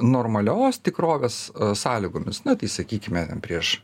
normalios tikrovės sąlygomis na tai sakykime prieš